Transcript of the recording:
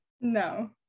No